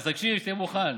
אז תקשיב, שתהיה מוכן.